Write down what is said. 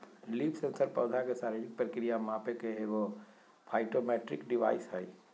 leaf sensor पौधा के शारीरिक प्रक्रिया मापे के एगो फाइटोमेट्रिक डिवाइस हइ